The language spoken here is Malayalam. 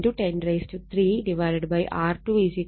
5 103 R21